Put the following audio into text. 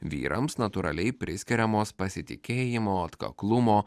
vyrams natūraliai priskiriamos pasitikėjimo atkaklumo